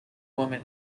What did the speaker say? woman